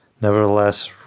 Nevertheless